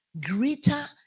greater